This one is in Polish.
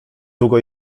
długo